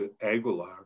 Aguilar